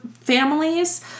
families